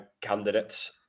candidates